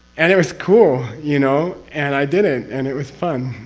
and it was cool, you know? and i did it and it was fun.